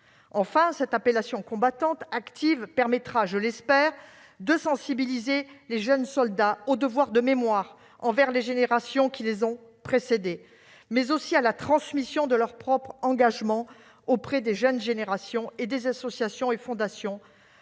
Enfin, cette appellation combattante, active, permettra- je l'espère -de sensibiliser les jeunes soldats au devoir de mémoire envers les générations qui les ont précédés, mais aussi à la transmission de leur propre engagement auprès des jeunes générations et des associations et fondations